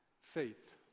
faith